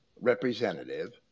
representative